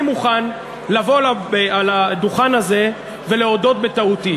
אני מוכן לבוא לדוכן הזה ולהודות בטעותי.